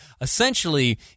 Essentially